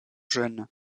jeunes